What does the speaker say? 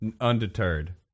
undeterred